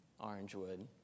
Orangewood